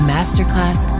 Masterclass